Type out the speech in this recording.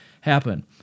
happen